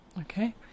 Okay